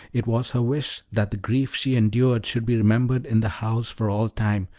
it was her wish that the grief she endured should be remembered in the house for all time,